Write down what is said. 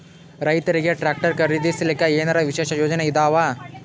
ರೈತರಿಗೆ ಟ್ರಾಕ್ಟರ್ ಖರೀದಿಸಲಿಕ್ಕ ಏನರ ವಿಶೇಷ ಯೋಜನೆ ಇದಾವ?